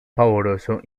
pavoroso